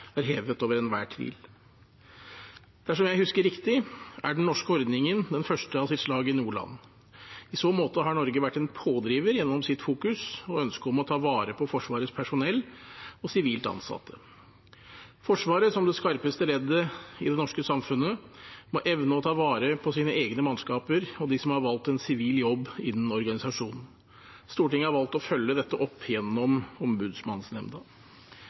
er hevet over enhver tvil. Dersom jeg husker riktig, er den norske ordningen den første av sitt slag i noe land. I så måte har Norge vært en pådriver gjennom sitt fokus og ønske om å ta vare på Forsvarets personell og sivilt ansatte. Forsvaret, som er det skarpeste leddet i det norske samfunnet, må evne å ta vare på sine egne mannskaper og dem som har valgt en sivil jobb innen organisasjonen. Stortinget har valgt å følge dette opp gjennom Ombudsmannsnemnda.